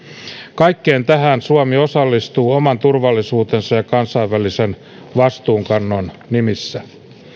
kaikkeen tähän suomi osallistuu oman turvallisuutensa ja kansainvälisen vastuunkannon nimissä